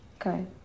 Okay